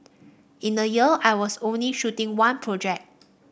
in a year I was only shooting one project